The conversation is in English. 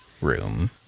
room